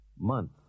month